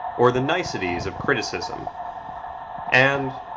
or the niceties of criticism and,